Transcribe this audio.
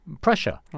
pressure